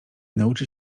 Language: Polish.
nauczy